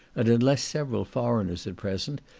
and unless several foreigners are present,